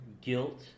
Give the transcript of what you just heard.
guilt